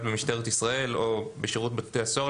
במשטרת ישראל או בשירות בתי הסוהר.